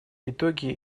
итоги